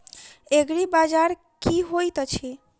एग्रीबाजार की होइत अछि?